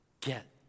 get